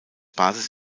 basis